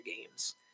games